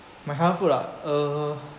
my comfort food ah uh